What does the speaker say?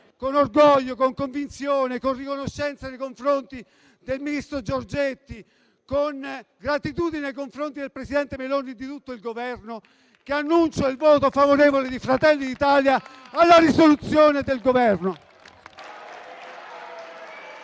con orgoglio, convinzione, riconoscenza nei confronti del ministro Giorgetti e gratitudine nei confronti del presidente Meloni e di tutto il Governo annuncio il voto favorevole di Fratelli d'Italia sulla risoluzione del Governo.